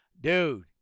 Dude